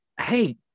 Hey